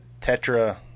Tetra